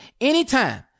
anytime